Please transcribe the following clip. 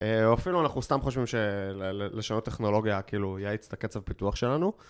אפילו אנחנו סתם חושבים שלשנות טכנולוגיה כאילו יאיץ את הקצב הפיתוח שלנו.